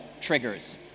triggers